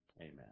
amen